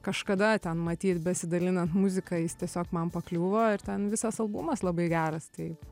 kažkada ten matyt besidalinant muzika jis tiesiog man pakliuvo ir ten visas albumas labai geras tai